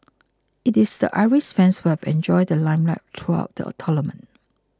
it is the Irish fans who have enjoyed the limelight throughout the tournament